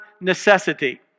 Necessity